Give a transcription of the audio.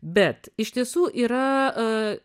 bet iš tiesų yra